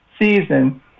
season